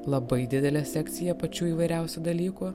labai didelė sekcija pačių įvairiausių dalykų